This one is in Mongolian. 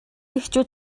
эхчүүд